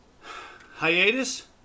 Hiatus